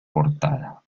portada